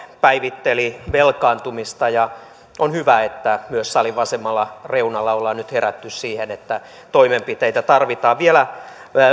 päivitteli velkaantumista ja on hyvä että myös salin vasemmalla reunalla ollaan nyt herätty siihen että toimenpiteitä tarvitaan vielä